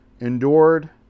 endured